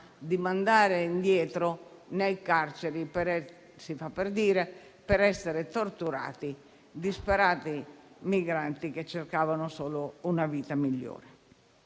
di mandare indietro nei carceri - si fa per dire - per essere torturati, disperati migranti che cercavano solo una vita migliore.